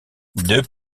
deux